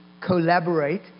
collaborate